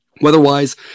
Weather-wise